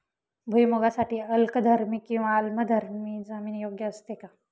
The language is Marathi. भुईमूगासाठी अल्कधर्मी किंवा आम्लधर्मी जमीन योग्य असते का?